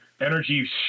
energy